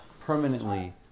permanently